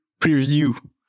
preview